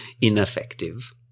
ineffective